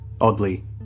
Oddly